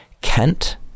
Kent